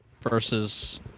versus